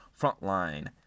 Frontline